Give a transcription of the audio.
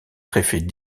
préfet